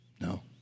No